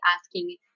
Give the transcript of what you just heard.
asking